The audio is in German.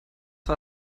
war